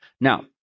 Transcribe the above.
Now